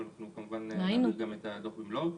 לא הבאנו את הדו"ח במלואו.